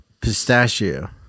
pistachio